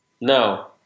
No